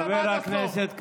חבר הכנסת קרעי.